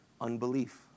unbelief